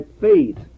faith